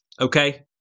okay